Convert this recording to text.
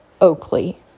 Oakley